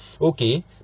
Okay